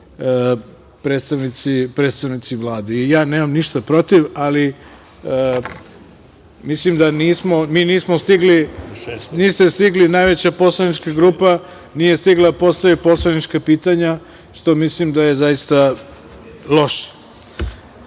predstavnici Vlade. Ja nemam ništa protiv, ali mislim da niste stigli… Najveća poslanička grupa nije stigla da postavi poslanička pitanja, što mislim da je zaista loše. Ovo